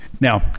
now